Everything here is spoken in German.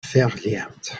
verliert